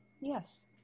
Yes